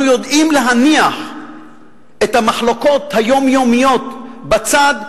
יודעים להניח את המחלוקות היומיומיות בצד,